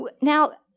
Now